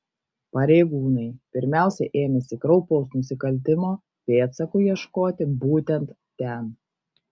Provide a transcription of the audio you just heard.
pareigūnai pirmiausia ėmėsi kraupaus nusikaltimo pėdsakų ieškoti būtent ten